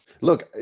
Look